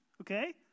Okay